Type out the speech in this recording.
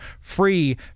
free